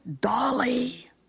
Dolly